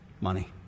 money